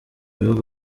bihugu